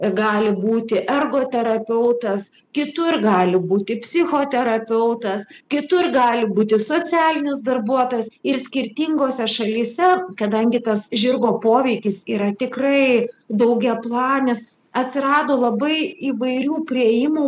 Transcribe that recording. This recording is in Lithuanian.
gali būti ergo terapeutas kitur gali būti psichoterapeutas kitur gali būti socialinis darbuotojas ir skirtingose šalyse kadangi tas žirgo poveikis yra tikrai daugiaplanis atsirado labai įvairių priėjimo